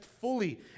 fully